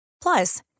Plus